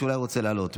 אולי הוא רוצה לעלות,